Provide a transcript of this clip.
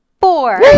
four